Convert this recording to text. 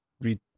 read